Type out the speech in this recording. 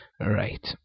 Right